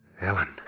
Ellen